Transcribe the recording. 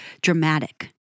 dramatic